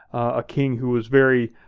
a king who was very